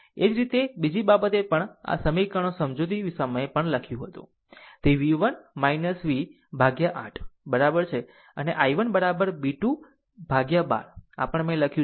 એ જ રીતે બીજી બાબતે પણ આ સમીકરણ સમજૂતી સમયે પણ લખ્યું હતું અને v 1 v to 8 બરાબર છે અને i 1 બરાબર b 2 બાય 12 આ પણ તમે લખ્યું છે